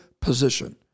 position